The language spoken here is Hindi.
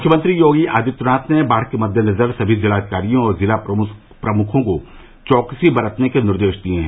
मुख्यमंत्री योगी आदित्यनाथ ने बाढ़ के मद्देनजर सभी जिलाधिकारियों और जिला पुलिस प्रमुखों को चौकसी बरतने के निर्देश दिये हैं